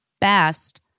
best